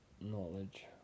knowledge